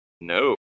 No